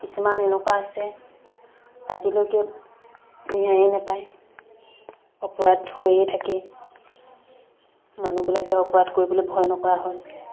কিছুমান এনেকুৱা আছে আজিলৈকে ন্যায়ে নেপায় অপৰাধ হৈয়ে থাকে মানুহবিলাকে অপৰাধ কৰিবলৈ ভয় নকৰা হয়